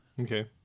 Okay